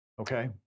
okay